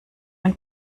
ein